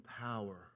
power